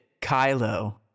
Kylo